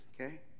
okay